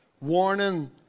warning